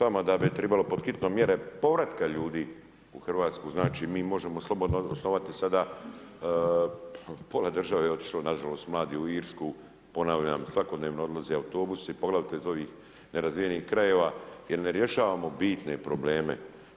Pa slažem se s vama da bi trebalo pod hitno mjere povratka ljudi u Hrvatsku, znači mi možemo slobodno osnovati sada, pola države je otišlo nažalost mladih u Irsku, ponavljam svakodnevno odlaze autobusi poglavito iz ovih nerazvijenih krajeva jer ne rješavamo bitne probleme.